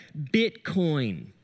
Bitcoin